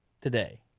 today